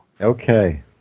Okay